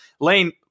lane